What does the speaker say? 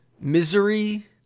misery